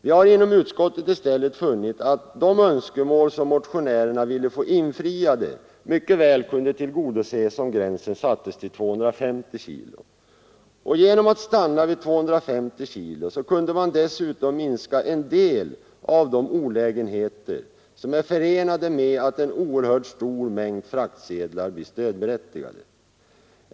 Vi har inom utskottet i stället funnit att de önskemål som motionärerna ville få infriade mycket väl kunde tillgodoses om gränsen sattes till 250 kg. Genom att stanna vid 250 kg kunde man dessutom minska en del av de olägenheter som är förenade med att en oerhört stor mängd fraktsedlar blir stödberättigade.